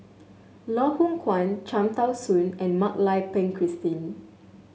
Loh Hoong Kwan Cham Tao Soon and Mak Lai Peng Christine